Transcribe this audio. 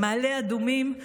מעלה אדומים,